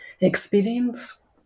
experience